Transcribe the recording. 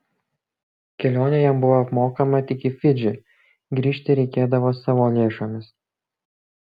kelionė jam buvo apmokama tik į fidžį grįžti reikėdavo savo lėšomis